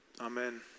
Amen